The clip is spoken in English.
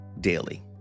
daily